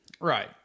Right